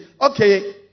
okay